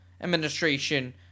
administration